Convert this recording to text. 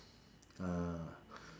ah